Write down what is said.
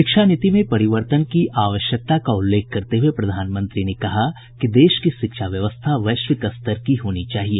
शिक्षा नीति में परिवर्तन की आवश्यकता का उल्लेख करते हुए प्रधानमंत्री ने कहा कि देश की शिक्षा व्यवस्था वैश्विक स्तर की होनी चाहिए